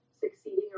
succeeding